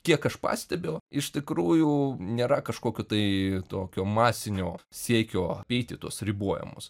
kiek aš pastebiu iš tikrųjų nėra kažkokio tai tokio masinio siekio apeiti tuos ribojimus